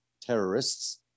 terrorists